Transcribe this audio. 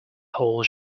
whole